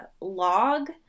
log